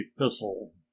epistle